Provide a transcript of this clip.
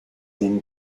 been